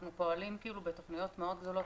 אנחנו פועלים בתוכניות מאוד גדולות